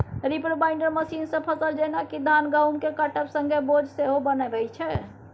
reaper binder मशीनसँ फसल जेना कि धान गहुँमकेँ काटब संगे बोझ सेहो बन्हाबै छै